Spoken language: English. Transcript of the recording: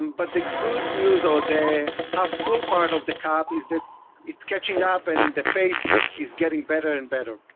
but the good news, or the half full part of the cup is that it's catching up. and the pace is getting better and better.